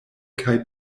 kaj